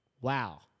wow